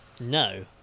No